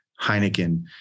Heineken